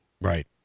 Right